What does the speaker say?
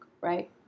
right